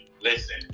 Listen